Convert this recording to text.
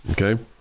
Okay